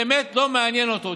באמת לא מעניין אותו.